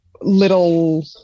little